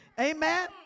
Amen